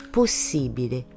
possibile